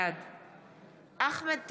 בעד אחמד טיבי,